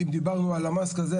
אם דיברנו על למ"ס כזה,